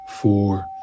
four